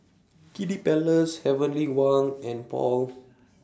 Kiddy Palace Heavenly Wang and Paul